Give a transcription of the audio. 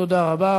תודה רבה.